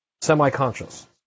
semi-conscious